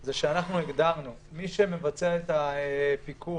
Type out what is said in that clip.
זה שאנחנו הגדרנו: מי שמבצע את הפיקוח